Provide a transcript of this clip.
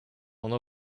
ono